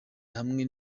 hamwe